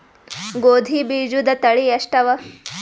ಗೋಧಿ ಬೀಜುದ ತಳಿ ಎಷ್ಟವ?